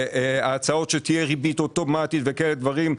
הצעות שתהיה ריבית אוטומטית וכאלה דברים,